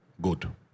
good